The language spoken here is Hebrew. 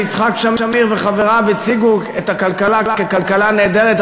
כשיצחק שמיר וחבריו הציגו את הכלכלה ככלכלה נהדרת,